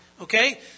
Okay